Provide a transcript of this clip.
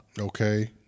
Okay